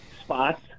spots